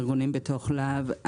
ארגונים בתוך להב.